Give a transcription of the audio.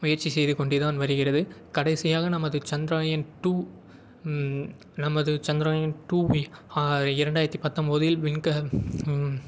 முயற்சி செய்துகொண்டேதான் வருகிறது கடைசியாக நமது சந்திராயன் டூ நமது சந்திராயன் டூவில் இரண்டாயிரத்து பத்தொம்பதில் விண்க